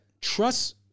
Trust